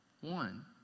One